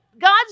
God's